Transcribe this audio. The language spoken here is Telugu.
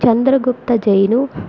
చంద్రగుప్త జైను